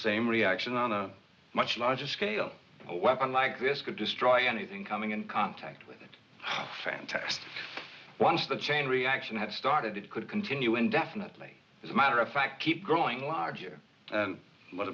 same reaction on a much larger scale a weapon like this could destroy anything coming in contact with it fantastic once the chain reaction had started it could continue indefinitely as a matter of fact keep growing larger what